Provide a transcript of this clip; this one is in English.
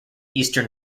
eastern